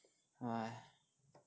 !hais!